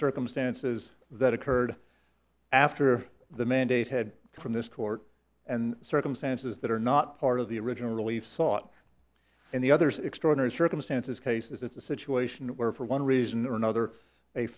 circumstances that occurred after the mandate had come from this court and circumstances that are not part of the original relief sought in the others extraordinary circumstances cases it's a situation where for one reason or another a